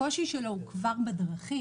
הקושי שלו הוא כבר בדרכים,